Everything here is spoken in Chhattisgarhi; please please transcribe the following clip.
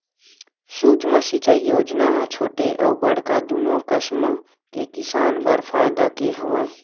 सुक्ष्म सिंचई योजना ह छोटे अउ बड़का दुनो कसम के किसान बर फायदा के हवय